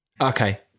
okay